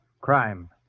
crime